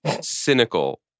cynical